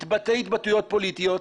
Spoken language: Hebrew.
להתבטא התבטאויות פוליטיות.